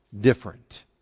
different